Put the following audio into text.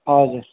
हजुर